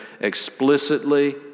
explicitly